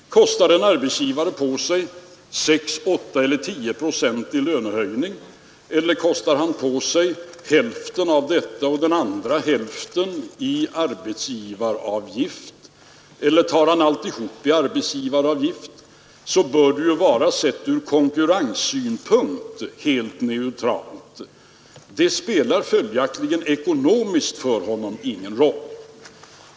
Kostar en arbetsgivare på sig 6, 8 eller 10 procent i lönehöjning, kostar han på sig hälften av detta i lönehöjning och den andra hälften i arbetsgivaravgift eller tar han alltihop i arbetsgivaravgift, så bör resultatet sett ur kostnadssynpunkt vara helt neutralt. Det spelar följaktligen ekonomiskt ingen roll för honom.